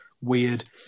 weird